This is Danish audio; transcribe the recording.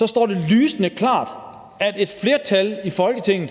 dag står det lysende klart, at et flertal i Folketinget